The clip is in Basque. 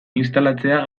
instalatzea